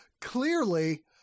clearly